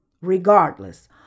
Regardless